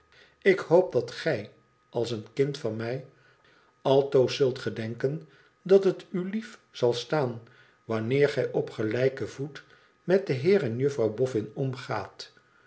ik hoop dat gij als een kind van mij altoos zult gedenken dat het u lief zal staan wanneer gij op gelijken voet met den heer en juffrouw boffin omgaat